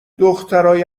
دخترای